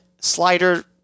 slider